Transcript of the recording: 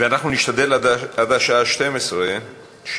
נשתדל עד השעה 12:00,